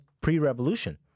pre-revolution